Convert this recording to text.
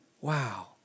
Wow